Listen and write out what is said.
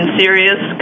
serious